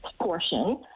portion